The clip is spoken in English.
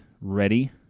ready